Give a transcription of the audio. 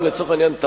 לצורך העניין,